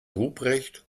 ruprecht